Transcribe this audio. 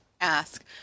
ask